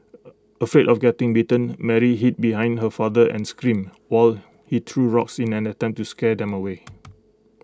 afraid of getting bitten Mary hid behind her father and screamed while he threw rocks in an attempt to scare them away